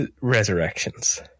Resurrections